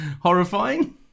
horrifying